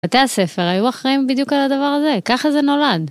בתי הספר היו אחראים בדיוק על הדבר הזה, ככה זה נולד.